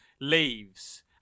leaves